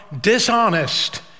dishonest